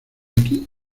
aquí